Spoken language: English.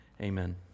Amen